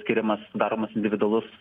skiriamas daromas individualus